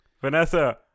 Vanessa